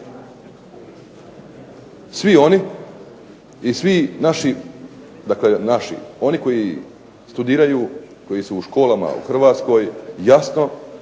svi oni i svi naši, dakle naši, oni koji studiraju, koji su u školama u Hrvatskoj jasno